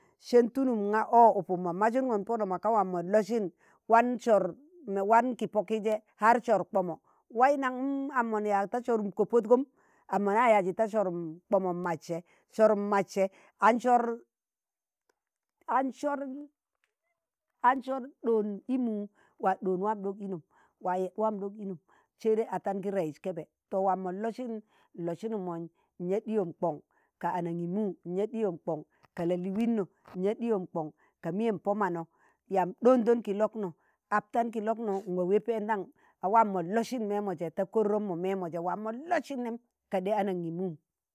sen tulum ṇga ọ ukum ma mazụṇgon pọnọ maga waam mon losin wan sor wanki poki je wan ki poki je har sor kpomo, wai nangum am mon yaag da sorum kopodgom am ma ya yazi ta sorum kpomo mad se, sorum maj se ansor ansor, ansor ɗoon imu waa ɗoon waa ɗok ino, waa yed waa mdok inum, saidai atan ki rẹiz kebe, to waamọn lọsin nlosinum mọmj nyaa ɗiyom koṇ ka anaṇgimu, nyaa ɗiyom kọn ka la'liino, nyaa ɗiyọm kọn ka miye po mano, yam ɗoondon kilọknọ aptan kilokno, nwaa ween peendaṇ a waa mon losin mẹmọ jẹ ta kọrnọm mọ mimo je waa mo losin nem kadi anangimum.